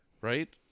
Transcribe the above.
right